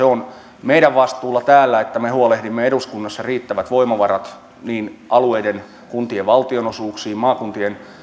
on meidän vastuullamme täällä että me huolehdimme eduskunnassa riittävät voimavarat niin alueiden kuin kuntien valtionosuuksiin maakuntien